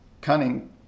cunning